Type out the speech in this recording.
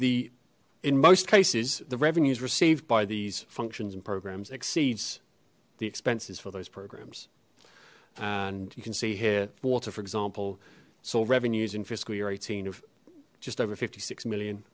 the in most cases the revenues received by these functions and programs exceeds the expenses for those programs and you can see here water for example solve revenues in fiscal year eighteen of just over fifty six million